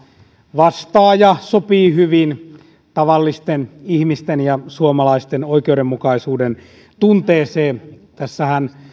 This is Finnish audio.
vastaa hyvin tavallisten ihmisten ja suomalaisten oikeudenmukaisuuden tunnetta ja sopii siihen tässähän